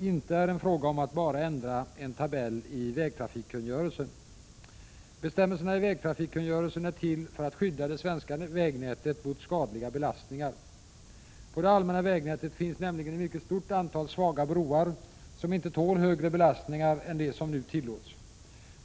inte är en fråga om att bara ändra en tabell i vägtrafikkungörelsen . Bestämmelserna i vägtrafikkungörelsen är till för att skydda det svenska vägnätet mot skadliga belastningar. På det allmänna vägnätet finns nämligen ett mycket stort antal svaga broar som inte tål högre belastningar än de som nu tillåts.